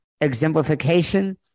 Exemplification